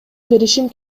беришим